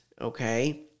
okay